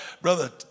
Brother